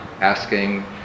asking